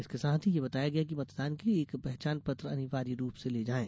इसके साथ ही यह बताया गया कि मतदान के लिए एक पहचान पत्र अनिवार्य रूप से ले जाएं